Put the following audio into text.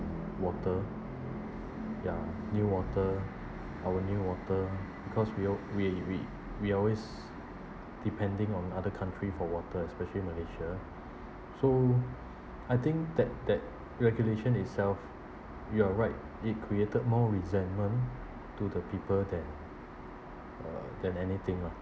water ya NEWater our NEWater because we all we we we always depending on other country for water especially malaysia so I think that that regulation itself you're right it created more resentment to the people than uh than anything lah